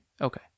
Okay